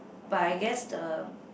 but I guess the